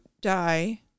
die